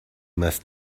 must